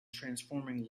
transforming